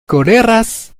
koleras